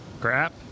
Crap